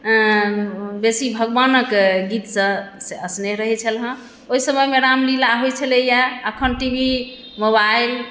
बेसी भगवानके गीतसँ से स्नेह रहै छलै हँ ओहि समय रामलीला होइ छलै है अखन टी वी मोबाइल